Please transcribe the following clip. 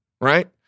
Right